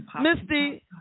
Misty